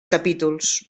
capítols